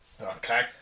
Okay